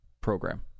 program